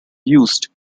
used